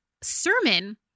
sermon